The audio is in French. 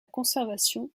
conservation